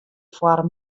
foar